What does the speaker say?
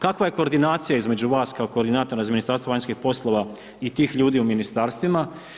Kakva je koordinacija između vas kao koordinatora iz Ministarstva vanjskih poslova i tih ljudi u ministarstvima?